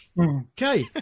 okay